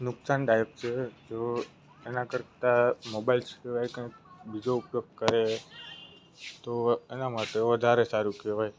નુકસાનદાયક છે તેઓ એના કરતાં મોબાઇલ સિવાય કંઇક બીજો ઉપયોગ કરે તો એના માટે વધારે સારું કહેવાય